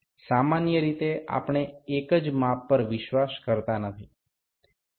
সাধারণত আমরা একটি পরিমাপকে বিশ্বাস করি না একাধিক পরিমাপ করি